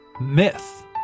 Myth